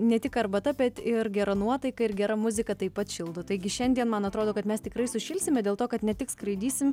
ne tik arbata bet ir gera nuotaika ir gera muzika taip pat šildo taigi šiandien man atrodo kad mes tikrai sušilsime dėl to kad ne tik skraidysim